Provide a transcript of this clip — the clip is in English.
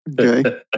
Okay